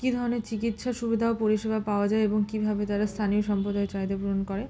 কী ধরনের চিকিৎসা সুবিধা ও পরিষেবা পাওয়া যায় এবং কীভাবে তারা স্থানীয় সম্প্রদায়ের চাহিদা পূরণ করে